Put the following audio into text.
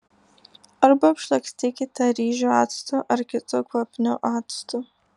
arba apšlakstykite ryžių actu ar kitu kvapniu actu